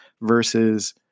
versus